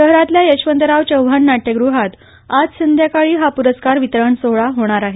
शहरातल्या यशवंतराव चव्हाण नाट्यगुहात आज संध्याकाळी हा प्रस्कार वितरण सोहळा होणार आहे